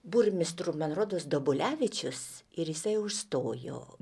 burmistru man rodos dabulevičius ir jisai užstojo